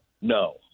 No